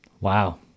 wow